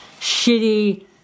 shitty